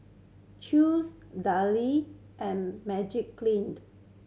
Chew's Darlie and Magiclean